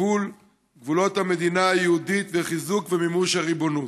גבולות המדינה היהודית ולחיזוק ומימוש הריבונות.